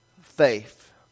faith